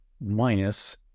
minus